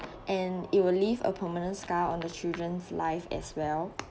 and it will leave a permanent scar on the children's life as well